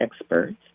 experts